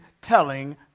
telling